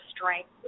strength